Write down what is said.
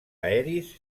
aeris